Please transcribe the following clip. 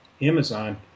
Amazon